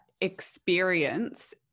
experience